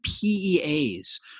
PEAs